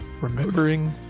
Remembering